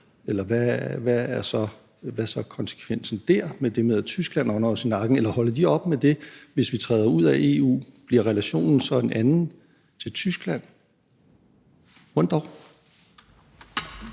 eller hvad er konsekvensen af, at Tyskland ånder os i nakken? Eller holder de op med det, hvis vi træder ud af EU? Bliver relationen til Tyskland så en